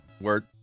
word